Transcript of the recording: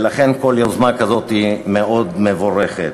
ולכן כל יוזמה כזאת היא מאוד מבורכת.